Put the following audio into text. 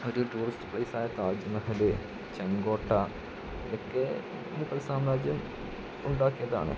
ഒരു ടൂറിസ്റ്റ് പ്ലേസായ താജ്മഹല് ചെങ്കോട്ട ഇതൊക്കെ മുഗൾ സാമ്രാജ്യം ഉണ്ടാക്കിയതാണ്